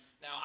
Now